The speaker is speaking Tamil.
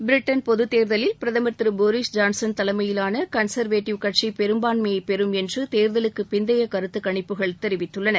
பிரிட்டன் பொதுத் தேர்தலில் பிரதமர் திரு போரிஸ் ஜான்சன் தலைமையிலான கன்சர்வேட்டிவ் கட்சி பெரும்பான்மையை பெறும் என்று தேர்தலுக்கு பிந்தைய கருத்து கணிப்புகள் தெரிவித்துள்ளன